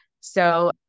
So-